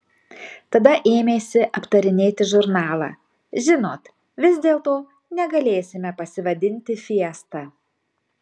tada ėmėsi aptarinėti žurnalą žinot vis dėlto negalėsime pasivadinti fiesta